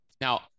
Now